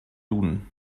duden